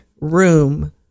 room